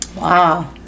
Wow